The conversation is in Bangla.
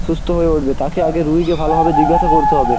সুস্থ হয়ে উঠবে তাকে আগে রোগীকে ভালোভাবে জিজ্ঞাসা করতে হবে